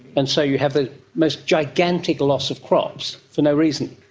and so you have the most gigantic loss of crops for no reason.